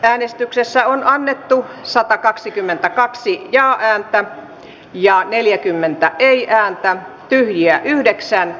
äänestyksessä on jo annettu satakaksikymmentäkaksi ja ääntään ja neljäkymmentä ei ääntä ja yhdeksän